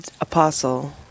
Apostle